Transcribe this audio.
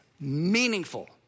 meaningful